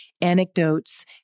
anecdotes